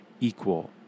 equal